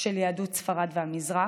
של יהדות ספרד והמזרח,